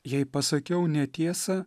jei pasakiau netiesą